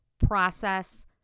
process